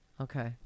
Okay